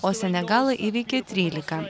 o senegalą įveikė trylika